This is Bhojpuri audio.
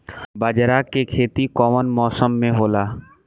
बाजरा के खेती कवना मौसम मे होला?